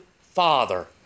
Father